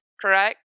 correct